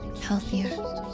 healthier